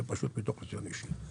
זה פשוט מתוך ניסיון אישי.